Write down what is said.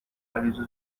arizo